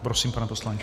Prosím, pane poslanče.